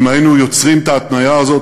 אם היינו יוצרים את ההתניה הזאת,